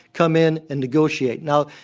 come in and negotiate. now,